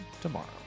tomorrow